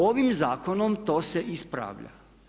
Ovim zakonom to se ispravlja.